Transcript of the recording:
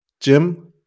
Jim